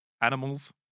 animals